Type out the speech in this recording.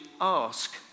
ask